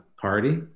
party